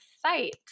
site